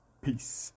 peace